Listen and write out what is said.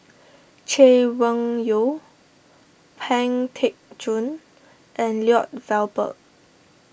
Chay Weng Yew Pang Teck Joon and Lloyd Valberg